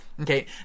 Okay